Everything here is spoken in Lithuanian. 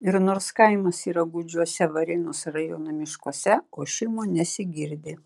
ir nors kaimas yra gūdžiuose varėnos rajono miškuose ošimo nesigirdi